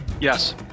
yes